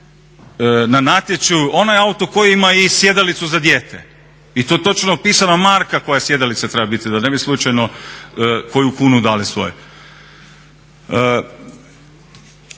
na natječaju onaj auto koji ima i sjedalicu za dijete i to točno opisana marka koja sjedalica treba biti, da ne bi slučajno koju kunu dali svoju.